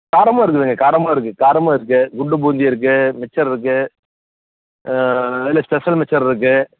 காரமும் இருக்குதுங்க காரமும் இருக்குது காரமும் இருக்குது குண்டு பூந்தியும் இருக்குது மிச்சர் இருக்குது அதுலேயே ஸ்பெஷல் மிச்சர் இருக்குது